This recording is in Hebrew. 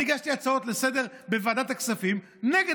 אני הגשתי הצעות לסדר-היום בוועדת הכספים נגד